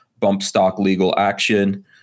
bumpstocklegalaction